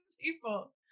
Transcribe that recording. people